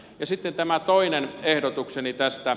sitten tämä toinen ehdotukseni tästä